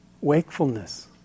wakefulness